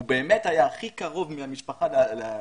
הוא באמת היה הקרוב ביותר מכל המשפחה לעלות,